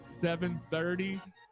7.30